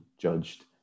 judged